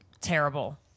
terrible